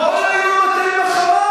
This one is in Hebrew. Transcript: עברת ל"פתח"